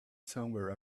somewhere